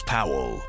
Powell